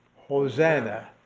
hosanna,